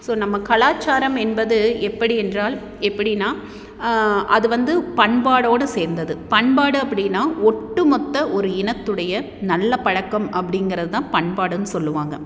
so நம்ம கலாச்சாரம் என்பது எப்படி என்றால் எப்படினால் அது வந்து பண்பாடோடு சேர்ந்தது பண்பாடு அப்படின்னா ஒட்டுமொத்த ஒரு இனத்துடைய நல்ல பழக்கம் அப்படிங்கிறது தான் பண்பாடுன்னு சொல்லுவாங்க